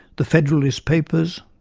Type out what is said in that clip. the federalist papers